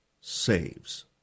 saves